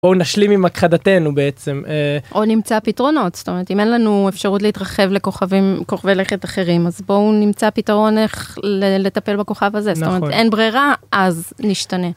בואו נשלים עם הכחדתנו בעצם, או נמצא פתרונות, זאת אומרת אם אין לנו אפשרות להתרחב לכוכבים, כוכבי לכת אחרים, אז בואו נמצא פתרון איך לטפל בכוכב הזה. אין ברירה אז נשתנה.